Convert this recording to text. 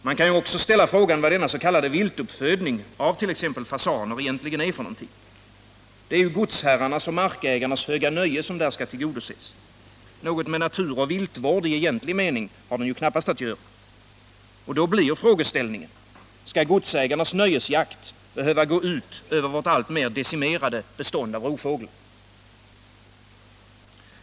Man kan ju också ställa frågan vad denna s.k. viltuppfödning av t.ex. fasaner egentligen är för någonting. Det är ju godsherrarnas och markägarnas höga nöje som där skall tillgodoses. Något med naturoch viltvård i egentlig mening har den knappast att göra. Och då blir frågeställningen: Skall godsägarnas nöjesjakt behöva gå ut över vårt alltmer decimerade bestånd av rovfåglar?